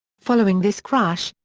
following this crash,